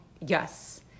Yes